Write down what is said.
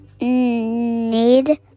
need